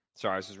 Sorry